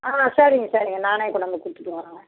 ஆ சரிங்க சரிங்க நானே கொண்டாந்து கொடுத்துட்டு வரோங்க